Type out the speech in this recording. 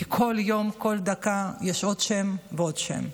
כי כל יום, כל דקה, יש עוד שם ועוד שם.